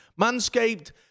Manscaped